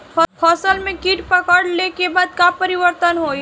फसल में कीट पकड़ ले के बाद का परिवर्तन होई?